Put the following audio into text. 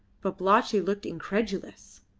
babalatchi looked incredulous.